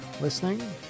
listening